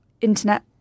internet